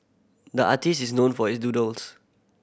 the artist is known for his doodles